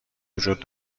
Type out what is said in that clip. وجود